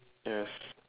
yes